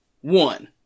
one